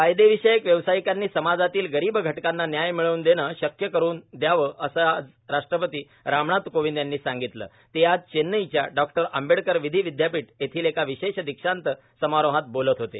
कायदेविषयक व्यवसायीकांनी समाजातील गरीब घटकांना न्याय मिळवून देणे शक्य करून द्यावं असं आज राष्ट्रपती रामनाथ कोविंद यांनी सांगितलं ते आज चेन्नईच्या डॉ आंबेडकर विधी विद्यापीठ येथील एका विशेष दिक्षांत समारोहात बोलत होते